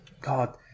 God